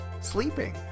Sleeping